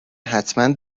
حتما